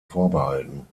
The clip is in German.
vorbehalten